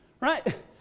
right